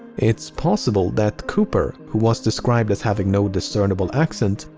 it's possible that cooper, who was described as having no discernible accent,